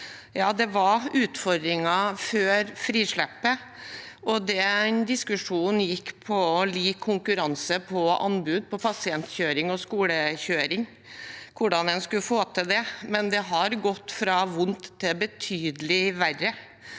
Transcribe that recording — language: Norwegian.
det var utfordringer før frislippet, og den diskusjonen handlet om lik konkurranse på anbud på pasientkjøring og skolekjøring, om hvordan en skulle få til det, men det har gått fra vondt til betydelig verre.